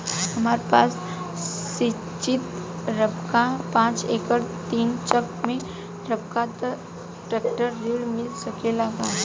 हमरा पास सिंचित रकबा पांच एकड़ तीन चक में रकबा बा त ट्रेक्टर ऋण मिल सकेला का?